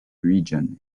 region